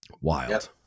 Wild